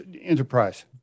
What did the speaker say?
enterprise